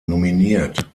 nominiert